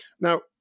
Now